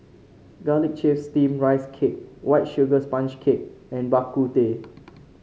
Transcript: garlic chive steamed Rice Cake White Sugar Sponge Cake and Bak Kut Teh